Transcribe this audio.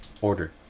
order